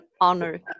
honor